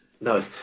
No